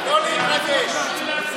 לא להתרגש.